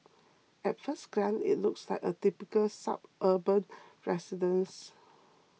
at first glance it looks like a typical suburban residence